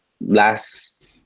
last